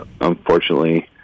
unfortunately